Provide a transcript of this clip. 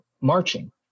marching